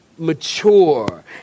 mature